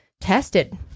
tested